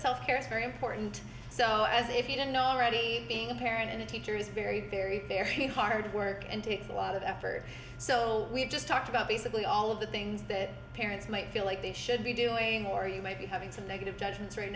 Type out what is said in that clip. self care is very important so as if you didn't already being a parent and a teacher is very very very hard work and takes a lot of effort so we just talked about basically all of the things that parents might feel like they should be doing more you might be having some negative judgments right